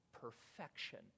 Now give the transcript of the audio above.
perfection